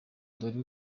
dore